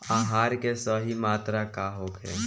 आहार के सही मात्रा का होखे?